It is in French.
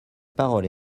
parole